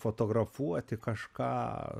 fotografuoti kažką